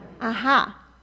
Aha